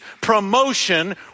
promotion